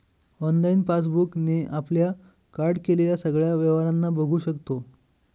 online passbook ने आपल्या card केलेल्या सगळ्या व्यवहारांना बघू शकतो